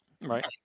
right